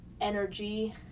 energy